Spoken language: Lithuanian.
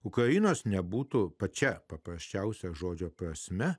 ukrainos nebūtų pačia paprasčiausia žodžio prasme